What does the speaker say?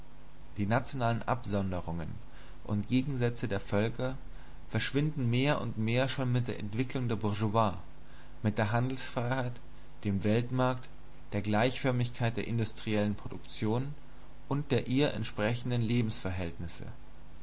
die nationalen absonderungen und gegensätze der völker verschwinden mehr und mehr schon mit der entwicklung der bourgeoisie mit der handelsfreiheit dem weltmarkt der gleichförmigkeit der industriellen produktion und der ihr entsprechenden lebensverhältnisse